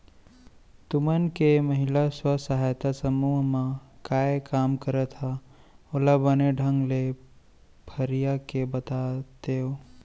तुमन के महिला स्व सहायता समूह म काय काम करत हा ओला बने ढंग ले फरिया के बतातेव?